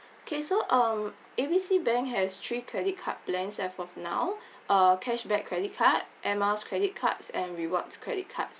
okay so um A B C bank has three credit card plans as of now a cashback credit card and miles credit cards and rewards credit cards